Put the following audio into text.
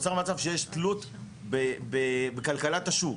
נוצר מצב שיש תלות בכלכלת השוק,